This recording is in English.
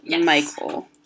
Michael